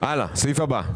הסעיף הבא.